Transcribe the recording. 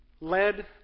led